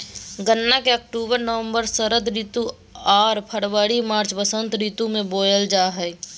गन्ना के अक्टूबर नवम्बर षरद ऋतु आर फरवरी मार्च बसंत ऋतु में बोयल जा हइ